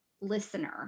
listener